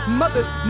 mothers